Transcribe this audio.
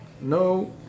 No